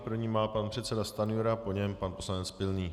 První má pan předseda Stanjura, po něm pan poslanec Pilný.